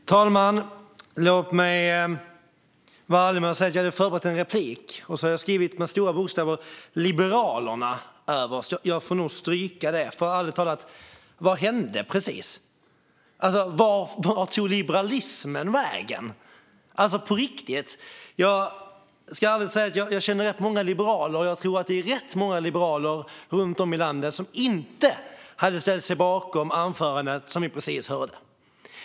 Fru talman! Låt mig vara ärlig med att säga att jag hade förberett en replik. Jag hade skrivit överst med stora bokstäver: Liberalerna. Jag får nog stryka det. Ärligt talat: Vad hände precis? På riktigt: Var tog liberalismen vägen? Jag ska ärligt säga att jag känner rätt många liberaler. Jag tror att det är rätt många liberaler runt om i landet som inte hade ställt sig bakom anförandet som vi precis hörde.